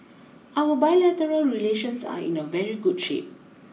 our bilateral relations are in a very good shape